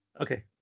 Okay